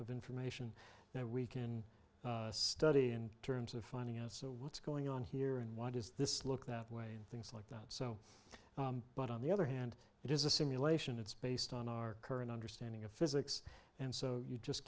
of information that we can study in terms of finding out so what's going on here and why does this look that way and things like that so but on the other hand it is a simulation it's based on our current understanding of physics and so you just